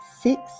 six